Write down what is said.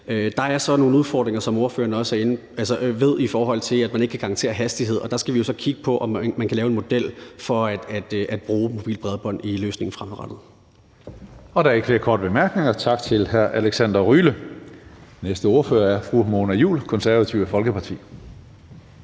Der er så nogle udfordringer, som ordføreren også ved der er, i forhold til at man ikke kan garantere hastighed, og der skal vi jo så kigge på, om man kan lave en model for at bruge mobilt bredbånd i løsningen fremadrettet.